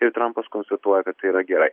tai trampas konstatuoja kad tai yra gerai